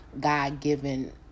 God-given